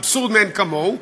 אבסורד מאין-כמוהו,